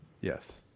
Yes